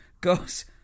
goes